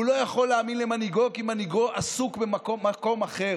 והוא לא יכול להאמין למנהיגו כי מנהיגו עסוק במקום אחר.